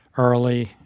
early